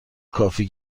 کافی